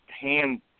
hand